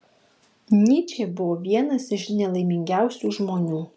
nyčė buvo vienas iš nelaimingiausių žmonių